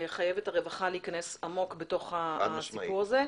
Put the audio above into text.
חייבת הרווחה להיכנס עמוק בתוך הסיפור הזה.